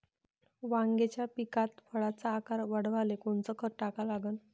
वांग्याच्या पिकात फळाचा आकार वाढवाले कोनचं खत टाका लागन?